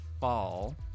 fall